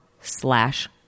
slash